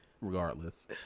regardless